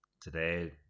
today